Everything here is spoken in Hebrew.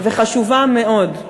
וחשובה מאוד: